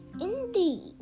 Indeed